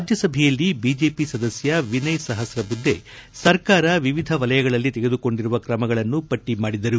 ರಾಜ್ಞಸಭೆಯಲ್ಲಿ BJP ಸದಸ್ಯ ವಿನಯ್ ಸಹಸ್ರಬುದ್ಲೆ ಸರ್ಕಾರ ವಿವಿಧ ವಲಯಗಳಲ್ಲಿ ತೆಗೆದುಕೊಂಡಿರುವ ಕ್ರಮಗಳನ್ನು ಪಟ್ಟ ಮಾಡಿದರು